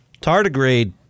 tardigrade